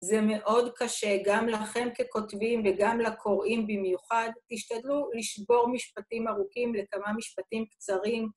זה מאוד קשה, גם לכם ככותבים וגם לקוראים במיוחד, תשתדלו לשבור משפטים ארוכים לכמה משפטים קצרים.